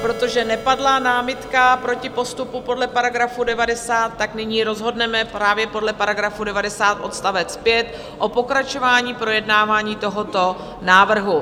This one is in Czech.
Protože nepadla námitka proti postupu podle § 90, tak nyní rozhodneme právě podle § 90 odst. 5 o pokračování projednávání tohoto návrhu.